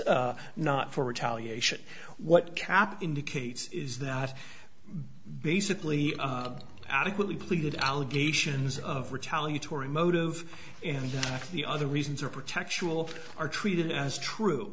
not for retaliation what cap indicates is that basically adequately pleated allegations of retaliatory motive and the other reasons are protection are treated as true